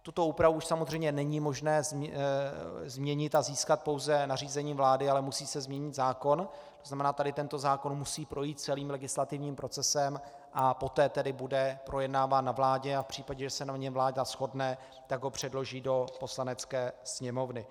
Tuto úpravu už samozřejmě není možné změnit a získat pouze nařízením vlády, ale musí se změnit zákon, to znamená tento zákon musí projít celým legislativním procesem a poté tedy bude projednáván na vládě a v případě, že se na něm vláda shodne, tak ho předloží do Poslanecké sněmovny.